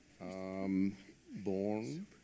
born